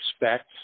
expect